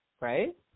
right